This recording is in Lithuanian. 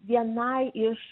vienai iš